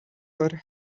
her